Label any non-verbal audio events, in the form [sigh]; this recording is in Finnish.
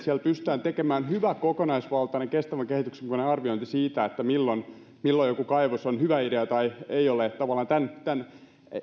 [unintelligible] siellä pystytään tekemään hyvä kokonaisvaltainen kestävän kehityksen mukainen arviointi siitä milloin milloin joku kaivos on hyvä idea tai ei ole tavallaan tämän